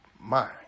mind